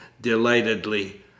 delightedly